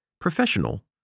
professional